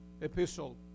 epistle